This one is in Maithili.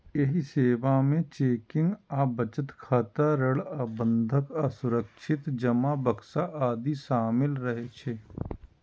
एहि सेवा मे चेकिंग आ बचत खाता, ऋण आ बंधक आ सुरक्षित जमा बक्सा आदि शामिल रहै छै